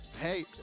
Hey